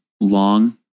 long